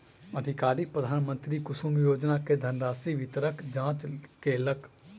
अधिकारी प्रधानमंत्री कुसुम योजना के धनराशि वितरणक जांच केलक